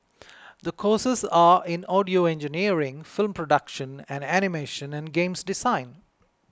the courses are in audio engineering film production and animation and games design